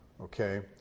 Okay